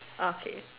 okay